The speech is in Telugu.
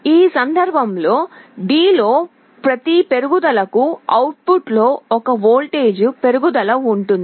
ఈ సందర్భంలో D లో ప్రతి పెరుగుదలకు అవుట్ ఫుట్ లో 1 వోల్ట్ పెరుగుదల ఉంటుంది